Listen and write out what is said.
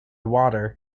water